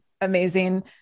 amazing